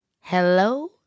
Hello